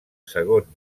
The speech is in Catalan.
segon